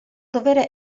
dovere